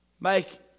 make